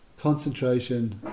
concentration